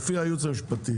לפי הייעוץ המשפטי